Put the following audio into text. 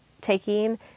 taking